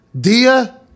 Dia